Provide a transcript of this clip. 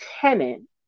tenant